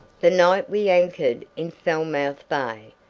the night we anchored in falmouth bay,